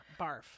barf